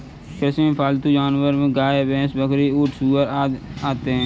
कृषि में पालतू जानवरो में गाय, भैंस, बकरी, ऊँट, सूअर आदि आते है